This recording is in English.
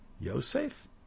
Yosef